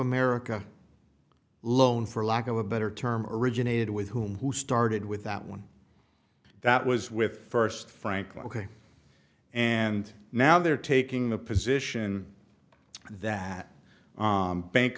america loan for lack of a better term originated with whom who started with that one that was with first frankly ok and now they're taking the position that bank